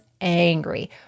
angry